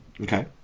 Okay